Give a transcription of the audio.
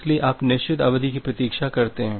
इसलिए आप निश्चित अवधि की प्रतीक्षा करते हैं